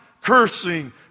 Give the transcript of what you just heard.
Cursing